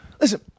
Listen